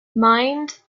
mind